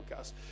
podcast